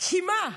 כי מה,